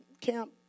camp